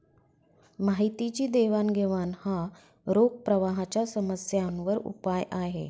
माहितीची देवाणघेवाण हा रोख प्रवाहाच्या समस्यांवर उपाय आहे